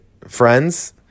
friends